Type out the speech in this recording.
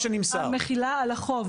המחילה על החוב.